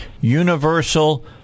universal